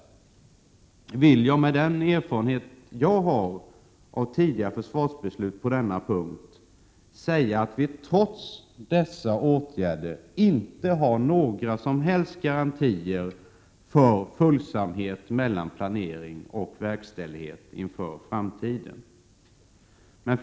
Med den erfarenhet som jag har av tidigare försvarsbeslut i det här hänseendet vill jag dock säga att vi trots dessa åtgärder inte har några som helst garantier för en följsamhet mellan planering och verkställighet inför framtiden.